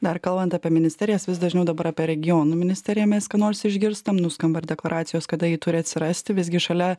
dar kalbant apie ministerijas vis dažniau dabar apie regionų ministeriją mes ką nors išgirstam nuskamba ir deklaracijos kada ji turi atsirasti visgi šalia